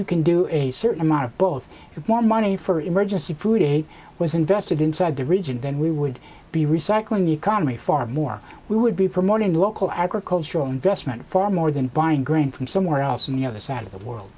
you can do a certain amount of both more money for emergency food aid was invested inside the region then we would be recycling the economy far more we would be promoting local agricultural investment far more than buying grain from somewhere else in the other side of the world